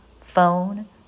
phone